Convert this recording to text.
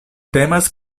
temas